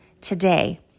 today